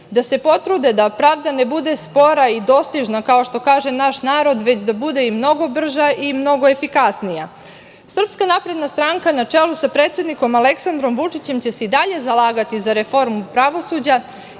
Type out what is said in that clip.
da se potrude da pravda ne bude spora i dostižna, kao što kaže naš narod, već da bude i mnogo brža i mnogo efikasnija. Srpska napredna stranka, na čelu sa predsednikom Aleksandrom Vučićem, će se i dalje zalagati za reformu pravosuđa